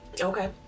Okay